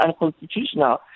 unconstitutional